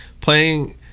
playing